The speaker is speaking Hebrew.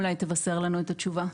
אולי תבשר לנו את התשובה.